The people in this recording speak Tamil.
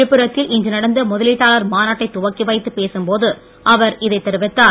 விழுப்புரத்தில் இன்று நடந்த முதலீட்டாளர் மாநாட்டை துவக்கி வைத்து பேசும் போதுஅவர் இதை தெரிவித்தார்